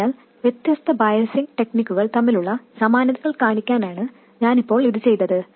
അതിനാൽ വ്യത്യസ്ത ബയസിങ് ടെക്നിക്കുകൾ തമ്മിലുള്ള സമാനതകൾ കാണിക്കാനാണ് ഞാൻ ഇപ്പോൾ ഇത് ചെയ്തത്